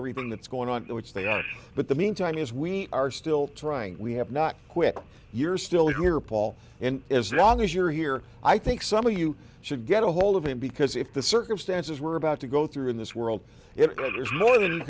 everything that's going on which they don't but the meantime is we are still trying we have not quit you're still here paul and as long as you're here i think some of you should get ahold of him because if the circumstances were about to go through in this world it is more than